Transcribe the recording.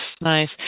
nice